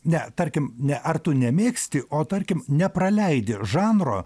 ne tarkim ne ar tu nemėgsti o tarkim nepraleidi žanro